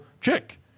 chick